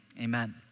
Amen